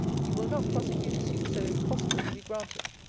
you will not prosecute a suit so impossible to be granted.